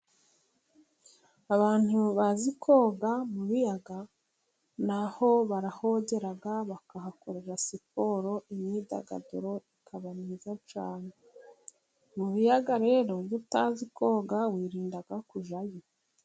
Abantu bazi koga mu biyaga na ho barahogera ,bakahakorera siporo imyidagaduro ikaba myiza cyane ,mu biyaga rero iyo utazi koga ,wirinda kujyayo.